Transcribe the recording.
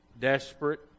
Desperate